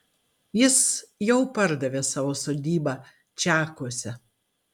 jis jau pardavė savo sodybą čekuose